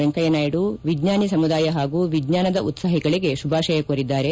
ವೆಂಕಯ್ಯನಾಯ್ಲು ವಿಜ್ಞಾನಿ ಸಮುದಾಯ ಹಾಗೂ ವಿಜ್ಞಾನದ ಉತ್ಪಾಹಿಗಳಿಗೆ ಶುಭಾಶಯ ಕೋರಿದ್ದಾರೆ